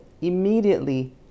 immediately